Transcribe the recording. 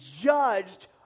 judged